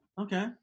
Okay